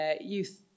youth